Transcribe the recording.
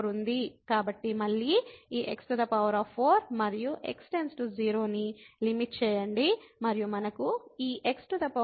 కాబట్టి మళ్ళీ ఈ x4 మరియు x → 0 ని లిమిట్ చేయండి మరియు మనకు ఈ x42x4 ఉంది